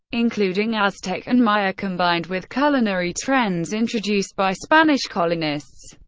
including aztec and maya, combined with culinary trends introduced by spanish colonists.